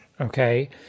Okay